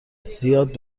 زیاد